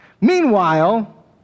Meanwhile